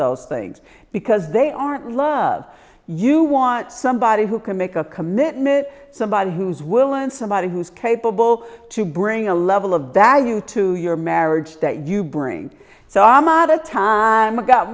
those things because they aren't love you want somebody who can make a commitment somebody who's will and somebody who's capable to bring a level of that you to your marriage that you bring so i'm not a tie